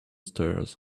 stairs